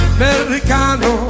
Americano